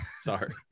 sorry